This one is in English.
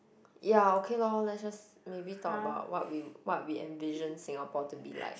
ya okay lor lets just maybe talk about what we what we envision Singapore to be like